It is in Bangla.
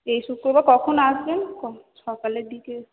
এই শুক্রবার কখন আসবেন সকালের দিকে